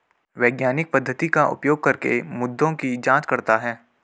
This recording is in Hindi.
वैज्ञानिक पद्धति का उपयोग करके मुद्दों की जांच करता है